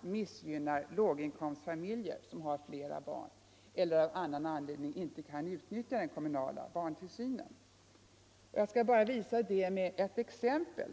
missgynnar nämligen framför allt låginkomstfamiljer som har flera barn eller av annan anledning inte kan utnyttja den kommunala barntillsynen. Jag skall visa det med ett exempel.